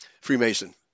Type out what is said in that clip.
Freemason